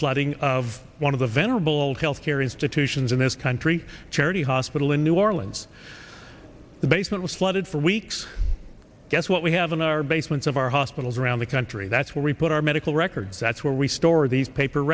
flooding of one of the venerable old healthcare institutions in this country charity hospital in new orleans the basement was flooded for weeks guess what we have in our basements of our hospitals around the country that's where we put our medical records that's where we store these paper